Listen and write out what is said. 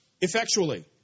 effectually